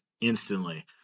instantly